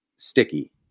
sticky